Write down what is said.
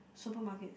supermarkets